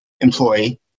employee